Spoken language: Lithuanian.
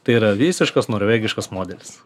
tai yra visiškas norvegiškas modelis